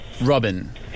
Robin